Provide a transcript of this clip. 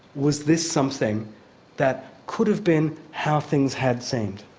was this something that could have been how things had seemed.